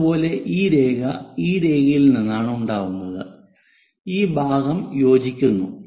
അതുപോലെ ഈ രേഖ ഈ രേഖയിൽ നിന്നാണ് ഉണ്ടാവുന്നത് ഈ ഭാഗം യോജിക്കുന്നു